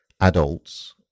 adults